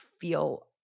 feel